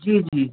जी जी